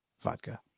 Vodka